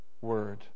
word